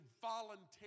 voluntary